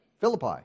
Philippi